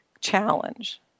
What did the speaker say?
challenge